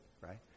right